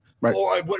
Right